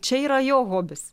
čia yra jo hobis